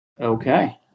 Okay